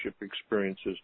experiences